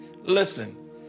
Listen